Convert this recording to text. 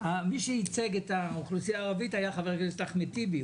מי שייצג את האוכלוסייה הערבית היה חבר הכנסת אחמד טיבי,